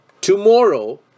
tomorrow